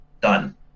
Done